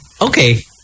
okay